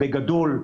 בגדול,